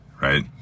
right